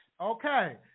Okay